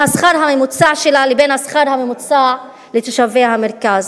השכר הממוצע שלה לבין השכר הממוצע לתושבי המרכז.